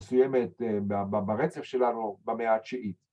‫מסוימת ברצף שלנו במאה ה-9.